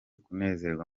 kunezerwa